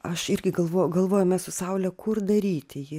aš irgi galvoju galvoju mes su saule kur daryti jį